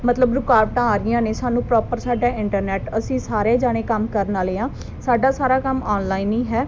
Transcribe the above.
ਮਤਲਬ ਰੁਕਾਵਟਾਂ ਆ ਰਹੀਆਂ ਨੇ ਸਾਨੂੰ ਪ੍ਰੋਪਰ ਸਾਡਾ ਇੰਟਰਨੈਟ ਅਸੀਂ ਸਾਰੇ ਜਣੇ ਕੰਮ ਕਰਨ ਵਾਲੇ ਹਾਂ ਸਾਡਾ ਸਾਰਾ ਕੰਮ ਆਨਲਾਈਨ ਹੀ ਹੈ